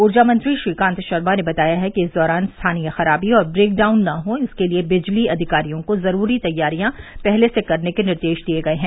ऊर्जा मंत्री श्रीकान्त शर्मा ने बताया है कि इस दौरान स्थानीय खराबी और व्रेक डाउन न हों इसके लिए बिजली अधिकारियों को ज़रूरी तैयारियां पहले से करने के निर्देश दिये गये हैं